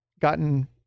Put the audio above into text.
gotten